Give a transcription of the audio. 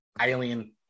alien